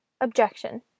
objection